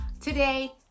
Today